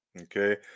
okay